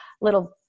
little